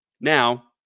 Now